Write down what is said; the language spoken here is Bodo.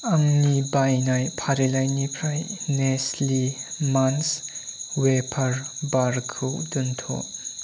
आंनि बायनाय फारिलाइनिफ्राय नेस्लि मान्च वेफार बारखौ दोनथ'